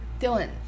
Dylan